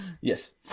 yes